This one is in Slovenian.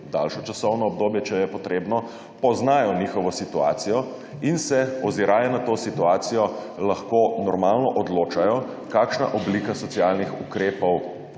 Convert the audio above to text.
časovno obdobje, če je potrebno, poznajo njihovo situacijo in se, oziraje na to situacijo, lahko normalno odločajo, kakšna oblika socialnih ukrepov